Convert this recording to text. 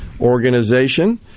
Organization